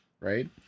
right